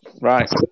Right